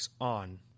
on